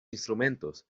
instrumentos